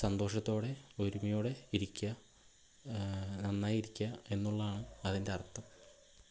സന്തോഷത്തോടെ ഒരുമയോടെ ഇരിക്കുക നന്നായി ഇരിക്കുക എന്നുള്ളതാണ് അതിൻ്റെ അർത്ഥം